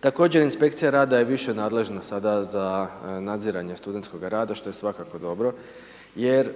Također, inspekcija rada je više nadležna sada za nadziranje studentskoga rada, što je svakako dobro jer